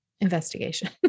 investigation